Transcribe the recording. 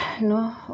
No